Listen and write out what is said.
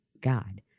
God